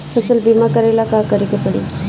फसल बिमा करेला का करेके पारी?